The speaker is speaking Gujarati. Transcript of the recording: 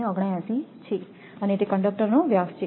479 છે અને તે કંડકટરનો વ્યાસ છે